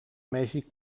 mèxic